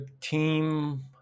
team